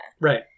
Right